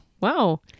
Wow